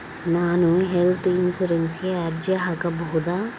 ನಾನು ಹೆಲ್ತ್ ಇನ್ಶೂರೆನ್ಸಿಗೆ ಅರ್ಜಿ ಹಾಕಬಹುದಾ?